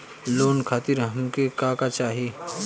Loan खातीर हमके का का चाही?